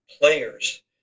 players